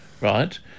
right